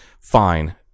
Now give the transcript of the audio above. Fine